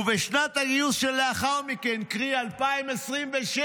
ובשנת הגיוס שלאחר מכן, קרי 2026,